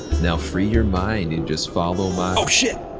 now free your mind and just follow my. oh shit.